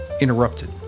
interrupted